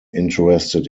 interested